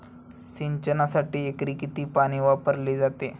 सिंचनासाठी एकरी किती पाणी वापरले जाते?